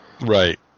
Right